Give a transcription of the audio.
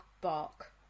bark